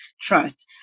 trust